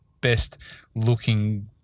best-looking